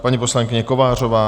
Paní poslankyně Kovářová?